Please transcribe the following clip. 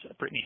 Britney